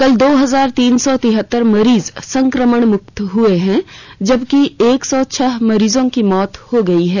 कल दो हजार तीन सौ तिहत्तर मरीज संक्रमण मुक्त हुए हैं जबकि एक सौ छह मरीजों की मौत हो गई है